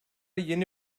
yeni